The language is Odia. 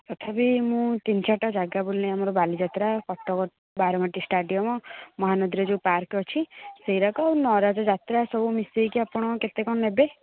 ତଥାପି ମୁଁ ତିନି ଚାରିଟା ଯାଗା ବୁଲିନି ଆମର ବାଲିଯାତ୍ରା କଟକ ବାରବାଟୀ ଷ୍ଟାଡ଼ିୟମ୍ ମହାନଦୀରେ ଯେଉଁ ପାର୍କ ଅଛି ସେଇରାକ ଆଉ ନରାଜଯାତ୍ରା ଏହିସବୁ ମିଶାଇକି ଆପଣ କେତେ କ'ଣ ନେବେ